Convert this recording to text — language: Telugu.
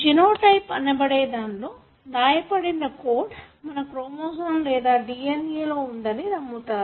జెనోటైప్ అనబడే దాంట్లో దాయబడిన కోడ్ మన క్రోమోసోమ్ లేదా DNA లో ఉందని నమ్ముతారు